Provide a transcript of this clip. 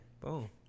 Boom